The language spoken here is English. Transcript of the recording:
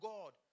God